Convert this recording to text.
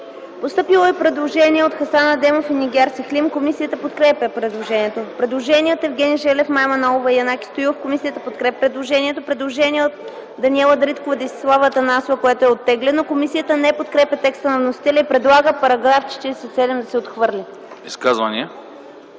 постъпило предложение от Хасан Адемов и Нигяр Сахлим. Комисията подкрепя предложението. Има предложение от Евгений Желев, Мая Манолова и Янаки Стоилов. Комисията подкрепя предложението. Има предложение от Даниела Дариткова и Десислава Атанасова, което е оттеглено. Комисията не подкрепя теста на вносителя и предлага § 47 да се отхвърли. ПРЕДСЕДАТЕЛ